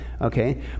okay